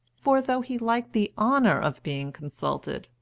for though he liked the honour of being consulted,